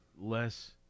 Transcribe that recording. less